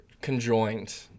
conjoined